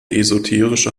esoterische